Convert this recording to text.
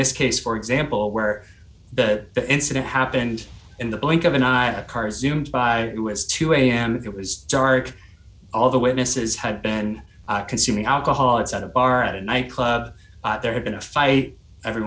this case for example where the incident happened in the blink of an eye a car zoomed by it was two am it was dark all the witnesses had been consuming alcohol it's not a bar at a nightclub there had been a fight every